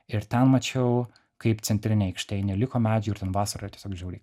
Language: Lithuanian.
ir ten mačiau kaip centrinėj aikštėj neliko medžių ir ten vasarą tiesiog žiauriai